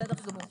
אני